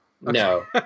No